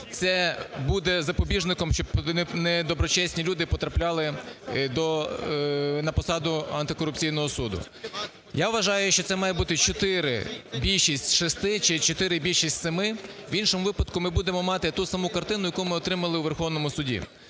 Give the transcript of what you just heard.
це буде запобіжником, щоби недоброчесні люди потрапляли на посаду антикорупційного суду. Я вважаю, що це має бути чотири - більшість з шести чи чотири - більшість з семи. В іншому випадку ми будемо мати ту саму картину, яку ми отримали у Верховному Суді.